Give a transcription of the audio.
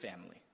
family